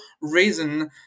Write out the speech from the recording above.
reason